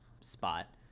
spot